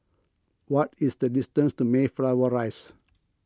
what is the distance to Mayflower Rise